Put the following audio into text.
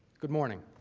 good morning.